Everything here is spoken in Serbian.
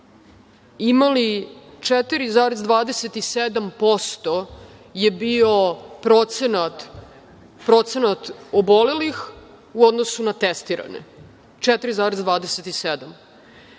imali 4,27% je bio procenat obolelih u odnosu na testirane. A